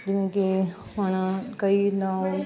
ਜਿਵੇਂ ਕਿ ਹੁਣ ਕਈ ਨਾ